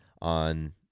on